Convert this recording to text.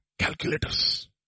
calculators